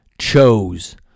Chose